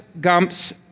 Gump's